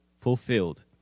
fulfilled